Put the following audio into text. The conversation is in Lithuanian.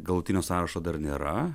galutinio sąrašo dar nėra